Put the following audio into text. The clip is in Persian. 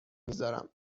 میذارم